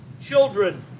children